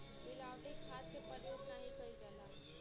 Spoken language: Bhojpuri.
मिलावटी खाद के परयोग नाही कईल जाला